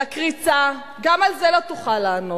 על הקריצה, גם על זה לא תוכל לענות,